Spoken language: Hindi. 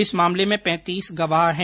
इस मामले में पैंतीस गवाह हैं